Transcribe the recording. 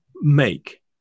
make